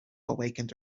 awakened